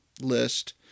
list